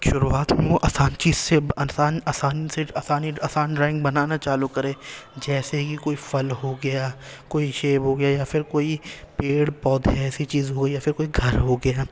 شروعات میں وہ آسان چیز سے آسان آسان سے آسانی آسان ڈرائنگ بنانا چالو کرے جیسے کہ کوئی پھل ہو گیا کوئی سیب ہو گیا یا پھر کوئی پیڑ پودے ایسی چیز ہوئی یا پھر کوئی گھر ہو گیا